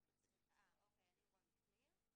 אני רוני שניר.